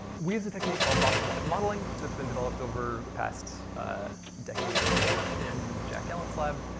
we use a technique called voxelwise modeling, and that's been developed over the past decade or more in jack gallant's lab.